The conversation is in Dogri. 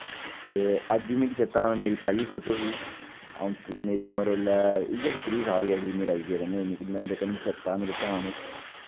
ते अज्ज बी मिकी चेत्ता मेरी पैह्ली फोटो ही अंऊं मेरी उम्र उसलै इयै ही त्रीह् साल गै ही मेरे आइडिये कन्नै मिकी मतलब जेह्का मिकी चेत्ता मेरे ध्यान इच ऐ